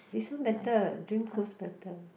this one better Dream Cruise better